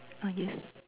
ah yes